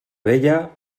vella